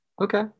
Okay